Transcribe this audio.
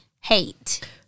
hate